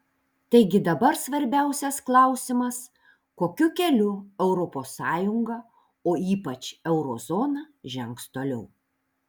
taigi dabar svarbiausias klausimas kokiu keliu europos sąjunga o ypač euro zona žengs toliau